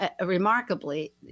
remarkably